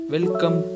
Welcome